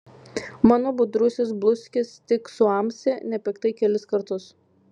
mano budrusis bluskis tik suamsi nepiktai kelis kartus